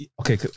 okay